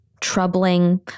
troubling